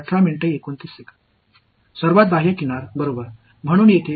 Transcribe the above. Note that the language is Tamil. வெளிப்புற விளிம்புகள் எனவே இங்கே என்ன நடக்கிறது என்றால் ரத்து செய்யப் போவதில்லை